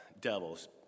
devils